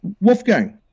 Wolfgang